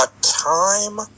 time